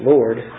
Lord